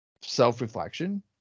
Self-reflection